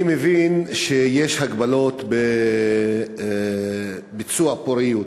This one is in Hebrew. אני מבין שיש הגבלות בביצוע טיפולי פוריות,